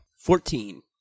Fourteen